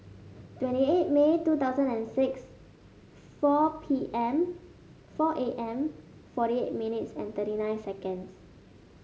twenty eight May two thousand and six four P M four A M forty eight thirty nine